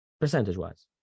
percentage-wise